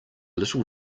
little